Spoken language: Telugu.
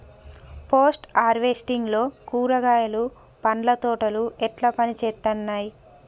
పోస్ట్ హార్వెస్టింగ్ లో కూరగాయలు పండ్ల తోటలు ఎట్లా పనిచేత్తనయ్?